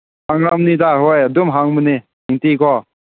ꯍꯥꯡꯉꯝꯒꯅꯤꯗ ꯍꯣꯏ ꯑꯗꯨꯝ ꯍꯥꯡꯕꯅꯤ ꯅꯨꯡꯇꯤꯒꯤ ꯀꯣ